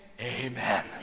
Amen